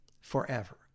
forever